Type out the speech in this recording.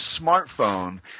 smartphone